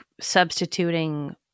substituting